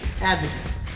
Advocate